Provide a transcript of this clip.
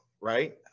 right